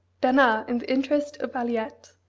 bernard, in the interest of aliette,